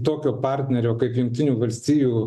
tokio partnerio kaip jungtinių valstijų